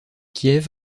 kiev